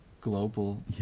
global